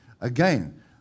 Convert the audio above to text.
Again